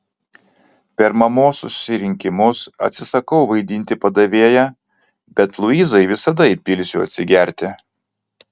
per mamos susirinkimus atsisakau vaidinti padavėją bet luizai visada įpilsiu atsigerti